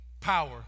power